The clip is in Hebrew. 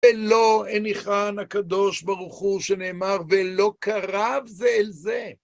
ולא הניחן הקדוש ברוך הוא שנאמר, ולא קרב זה אל זה.